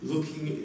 Looking